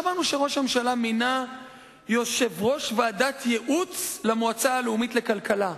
שמענו שראש הממשלה מינה יושב-ראש ועדת ייעוץ למועצה הלאומית לכלכלה.